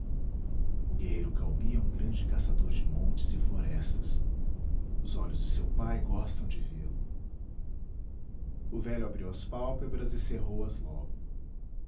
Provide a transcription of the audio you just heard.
o guerreiro caubi é um grande caçador de montes e florestas os olhos de seu pai gostam de vê-lo o velho abriu as pálpebras e cerrou as logo